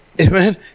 amen